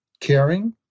caring